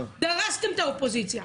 דרסתם את האופוזיציה.